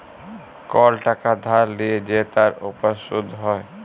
call টাকা ধার লিয়ে যে তার উপর শুধ হ্যয়